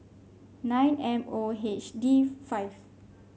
nine M O H D five